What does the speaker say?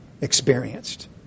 experienced